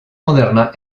moderna